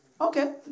Okay